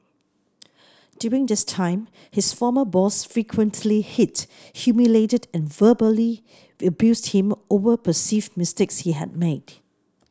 during this time his former boss frequently hit humiliated and verbally abused him over perceived mistakes he had made